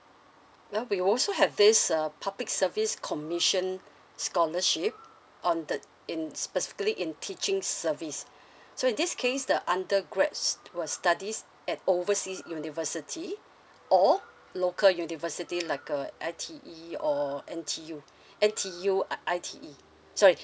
well we also have this uh public service commission scholarship on the in specifically in teaching service so in this case the under grads will studies at overseas university or local university like uh I_T_E or N_T_U N_T_U uh I_T_E sorry